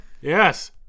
Yes